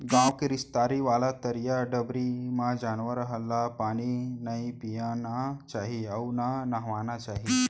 गॉँव के निस्तारी वाला तरिया डबरी म जानवर ल पानी नइ पियाना चाही अउ न नहवाना चाही